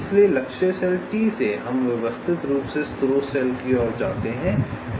इसलिए लक्ष्य cell T से हम व्यवस्थित रूप से स्रोत सेल की ओर जाते हैं